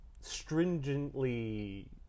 stringently